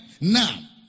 Now